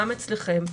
גם אצלכם,